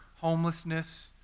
homelessness